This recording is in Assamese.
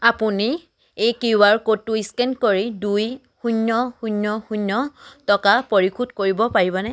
আপুনি এই কিউ আৰ ক'ডটো স্কেন কৰি দুই শূন্য শূন্য শূন্য টকা পৰিশোধ কৰিব পাৰিবনে